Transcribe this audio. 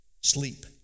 sleep